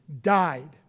died